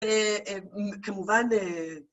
כמובן